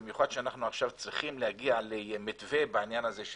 במיוחד שאנחנו עכשיו צריכים להגיע למתווה בעניין הזה.